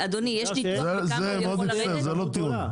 זה, מאוד מצטער, זה לא טיעון.